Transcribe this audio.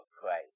Christ